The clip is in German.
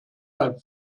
bei